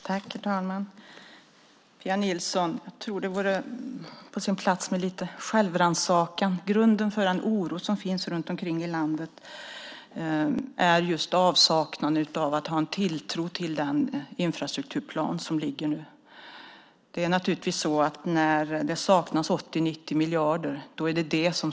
Herr talman! Jag tror, Pia Nilsson, att det vore på sin plats med lite självrannsakan. Grunden för den oro som finns runt om i landet är just avsaknaden av tilltro till den infrastrukturplan som nu ligger. När det saknas 80-90 miljarder skapar det oro.